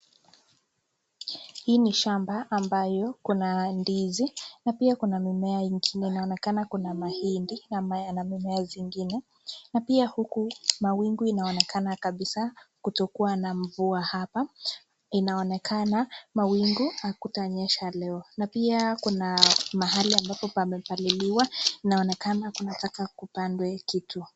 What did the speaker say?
Hii ni shamba ambayo kuna ndizi na pia kuna mimea ingine. Inaonekana kuna mahindi na mimea zingine na pia huku mawingu inaonekana kabisaa kutokuwa na mvua hapa. Inaonekana mawingu hakutanyesha leo na pia kuna mahali ambapo kumepaliliwa inaonekana kunataka kupandwe kitu.